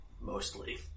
mostly